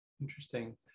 interesting